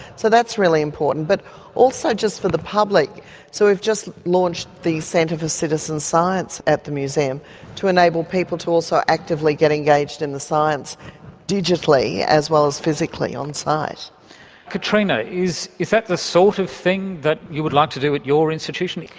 so that's really important. but also just for the public so we've just launched the centre for citizen science at the museum to enable people to also actively get engaged with and the science digitally, as well as physically, onsite. katrina, is is that sort of thing that you would like to do with your institution?